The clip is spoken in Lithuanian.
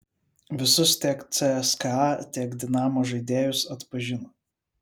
visus tiek cska tiek dinamo žaidėjus atpažino